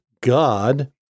God